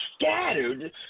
scattered